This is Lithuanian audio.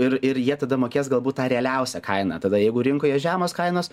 ir ir jie tada mokės galbūt tą realiausią kainą tada jeigu rinkoje žemos kainos